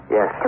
Yes